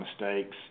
mistakes